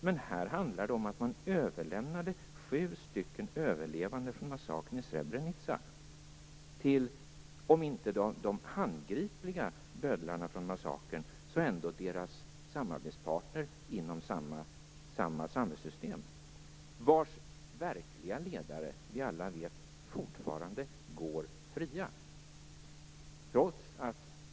Men här handlar det om att man överlämnade sju överlevande från massakern i Srebrenica till om inte de handgripliga bödlarna från massakern så ändå deras samarbetspartner inom samma samhällssystem, vilkets verkliga ledare fortfarande går fria.